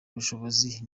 ubushobozi